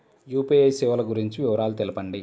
UPI సేవలు గురించి వివరాలు తెలుపండి?